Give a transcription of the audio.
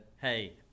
hey